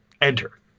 enter